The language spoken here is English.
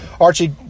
Archie